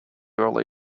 early